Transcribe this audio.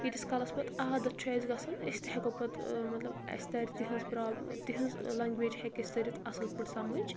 یٖتِس کالس پتہٕ عادت چھُ اسہِ گژھان أسۍ تہِ ہٮ۪کو پتہٕ مطلب اسہِ ترِ تِہنٛز پرا تِہنٛز لنٛگویج ہٮ۪کہِ اسہِ تٔرِتھ اصٕل پٲٹھۍ سمٕجھ